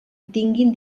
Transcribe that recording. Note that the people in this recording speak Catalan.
tinguin